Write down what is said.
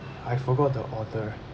I forgot the author